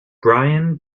brian